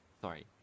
Sorry